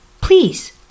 please